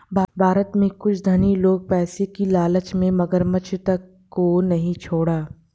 भारत में कुछ धनी लोग पैसे की लालच में मगरमच्छ तक को नहीं छोड़ा